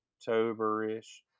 October-ish